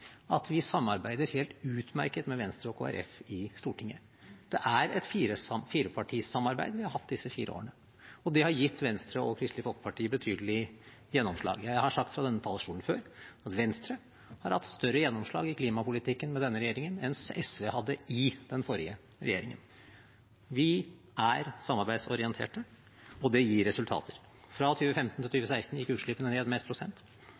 at vi samarbeider helt utmerket med Venstre og Kristelig Folkeparti i Stortinget. Det er et firepartisamarbeid vi har hatt disse fire årene, og det har gitt Venstre og Kristelig Folkeparti betydelig gjennomslag. Jeg har sagt fra denne talerstolen før at Venstre har hatt større gjennomslag i klimapolitikken med denne regjeringen enn SV hadde i den forrige regjeringen. Vi er samarbeidsorienterte, og det gir resultater. Fra 2015 til 2016 gikk utslippene ned med